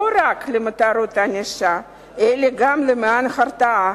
רק למטרות ענישה אלא גם למען הרתעה,